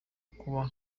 kuba